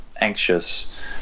anxious